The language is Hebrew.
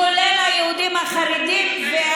כולל היהודים החרדים.